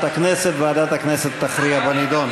לוועדת הכנסת וועדת הכנסת תכריע בנדון.